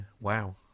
wow